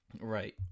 Right